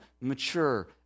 mature